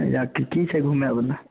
हैया की की छै घूमै बला